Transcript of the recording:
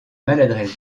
maladresse